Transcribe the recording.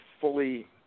fully